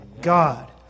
God